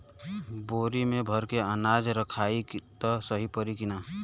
बोरी में भर के अनाज रखायी त सही परी की ना?